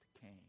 came